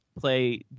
play